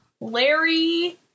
Larry